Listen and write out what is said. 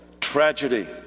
tragedy